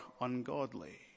ungodly